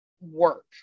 work